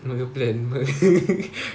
mengeplan